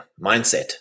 mindset